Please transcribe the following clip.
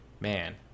man